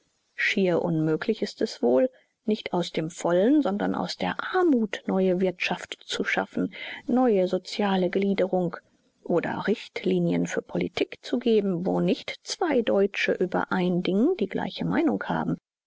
schier unmöglich ist es wohl nicht aus dem vollen sondern aus der armut neue wirtschaft zu schaffen neue soziale gliederung oder richtlinien für politik zu geben wo nicht zwei deutsche über ein ding die gleiche meinung haben